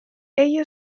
ello